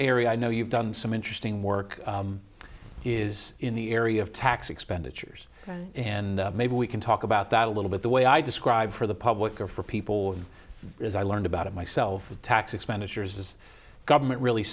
area i know you've done some interesting work is in the area of tax expenditures and maybe we can talk about that a little bit the way i describe for the public or for people as i learned about it myself tax expenditures is government really